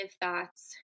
thoughts